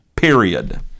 Period